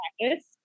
practice